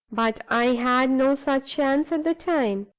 but i had no such chance at the time.